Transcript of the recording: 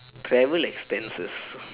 travel expenses